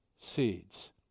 seeds